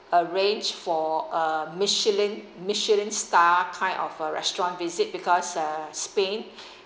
arrange for a michelin michelin star kind of a restaurant visit because uh spain